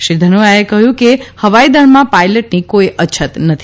શ્રી ધનોઆએ કહયું કે હવાઈદળમાં પાયલટની કોઈ અછત નથી